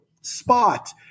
spot